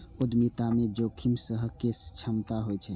उद्यमिता मे जोखिम सहय के क्षमता होइ छै